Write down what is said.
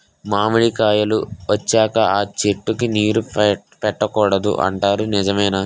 మామిడికాయలు వచ్చాక అ చెట్టుకి నీరు పెట్టకూడదు అంటారు నిజమేనా?